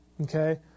Okay